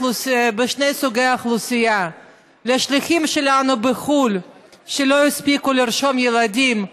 תשלום רטרואקטיבי של קצבת ילדים),